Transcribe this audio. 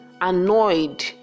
annoyed